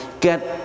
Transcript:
get